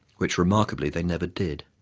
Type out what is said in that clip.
which remarkably they never did.